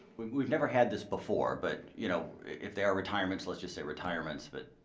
we've we've never had this before, but, you know, if they are retirements let's just say retirements, but,